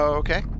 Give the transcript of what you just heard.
okay